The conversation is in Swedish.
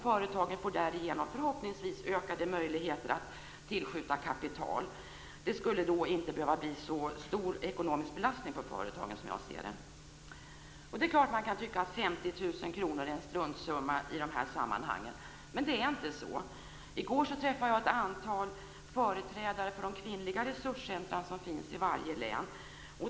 Företagen får därigenom förhoppningsvis ökade möjligheter att tillskjuta kapital. Det skulle då inte behöva bli så stor ekonomisk belastning på företagen, som jag ser det. Man kan förstås tycka att 50 000 kr är en struntsumma i de här sammanhangen, men det är inte så. I går träffade jag ett antal företrädare för de kvinnliga resurscentrum som finns i varje län.